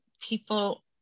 people